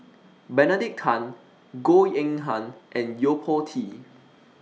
Benedict Tan Goh Eng Han and Yo Po Tee